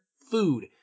Food